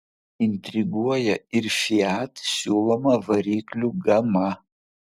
intriguoja ir fiat siūloma variklių gama